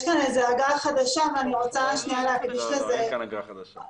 יש כאן אגרה חדשה ואני רוצה להקדיש לזה מחשבה.